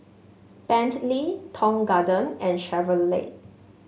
Bentley Tong Garden and Chevrolet